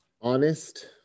Honest